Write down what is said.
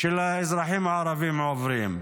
שהאזרחים הערבים עוברים.